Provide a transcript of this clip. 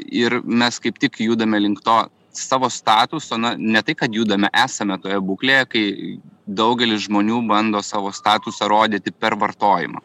ir mes kaip tik judame link to savo statuso na ne tai kad judame esame toje būklėje kai daugelis žmonių bando savo statusą rodyti per vartojimą